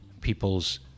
people's